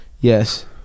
Yes